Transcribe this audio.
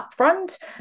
upfront